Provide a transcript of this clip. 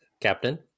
captain